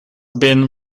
been